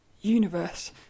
universe